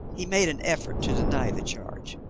he made an effort to deny the charge.